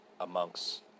amongst